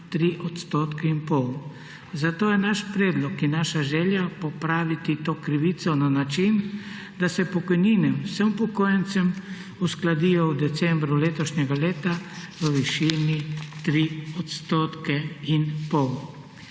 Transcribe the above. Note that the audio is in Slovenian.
3,5 %, zato je naš predlog in naša želja popraviti to krivico na način, da se pokojnine vsem upokojencem uskladijo v decembru letošnjega leta v višini 3,5 %.